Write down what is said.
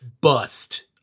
bust